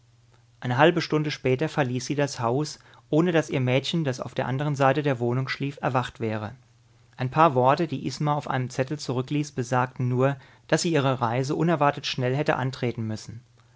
eine halbe stunde später verließ sie das haus ohne daß ihr mädchen das auf der andern seite der wohnung schlief erwacht wäre ein paar worte die isma auf einem zettel zurückließ besagten nur daß sie ihre reise unerwartet schnell hätte antreten müssen